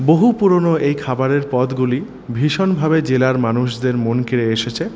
বহু পুরোনো এই খাবারের পদগুলি ভীষণভাবে জেলার মানুষদের মন কেড়ে এসেছে